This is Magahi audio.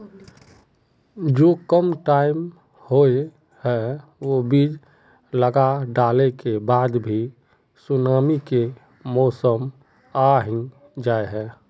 जो कम टाइम होये है वो बीज लगा डाला के बाद भी सुनामी के मौसम आ ही जाय है?